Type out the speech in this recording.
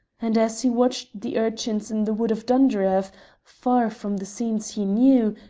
and as he watched the urchins in the wood of dunderave, far from the scenes he knew,